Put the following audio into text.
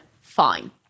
fine